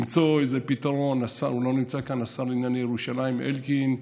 למצוא איזה פתרון: השר לענייני ירושלים אלקין,